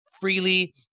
freely